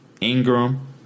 Ingram